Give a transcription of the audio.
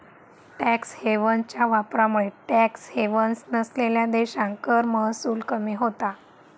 tax हेव्हन्सच्या वापरामुळे tax havens नसलेल्यो देशांका कर महसूल कमी होता